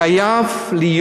חייב להיות